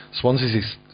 Swansea's